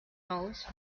modes